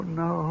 no